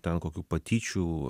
ten kokių patyčių